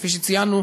כפי שציינו,